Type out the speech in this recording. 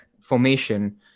formation